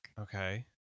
Okay